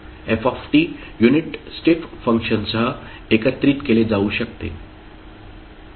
f unit step फंक्शनसह एकत्रित केले जाऊ शकते